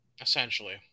Essentially